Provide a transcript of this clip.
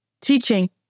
teaching